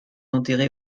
enterré